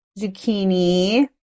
zucchini